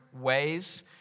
ways